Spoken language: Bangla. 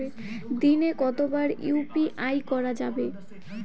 দিনে কতবার ইউ.পি.আই করা যাবে?